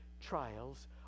trials